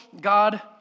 God